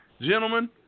gentlemen